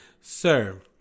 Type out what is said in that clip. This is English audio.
Sir